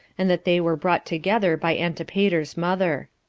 and that they were brought together by antipater's mother.